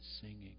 singing